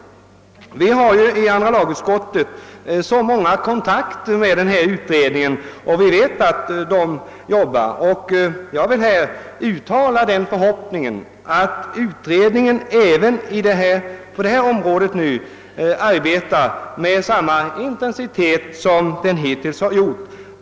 Vi har i andra lagutskottet många kontakter med denna utredning och vi vet att den arbetar. Jag vill uttala den förhoppningen att utredningen på detta område arbetar med samma intensitet som den hittills gjort.